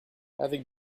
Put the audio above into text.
avec